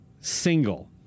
single